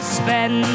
spend